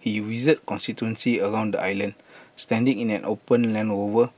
he visited constituencies around the island standing in an open land Rover